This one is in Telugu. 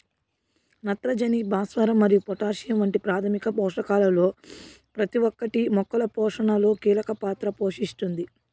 నత్రజని, భాస్వరం మరియు పొటాషియం వంటి ప్రాథమిక పోషకాలలో ప్రతి ఒక్కటి మొక్కల పోషణలో కీలక పాత్ర పోషిస్తుంది